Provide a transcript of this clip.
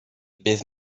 bydd